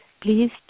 Please